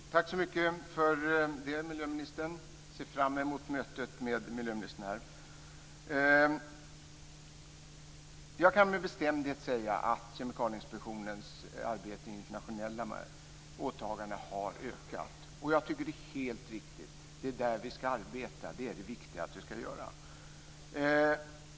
Fru talman! Tack så mycket för det, miljöministern! Jag ser fram emot miljöministerns möte. Jag kan med bestämdhet säga att Kemikalieinspektionens arbete med internationella åtaganden har ökat. Det är helt riktigt. Det är där vi ska arbeta. Det är det viktiga som vi ska göra.